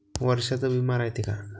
वर्षाचा बिमा रायते का?